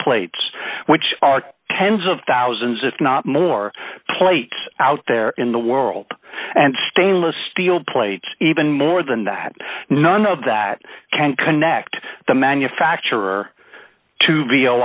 plates which are tens of thousands if not more plates out there in the world and stainless steel plates even more than that none of that can connect the manufacturer to